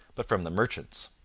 but from the merchants.